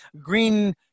green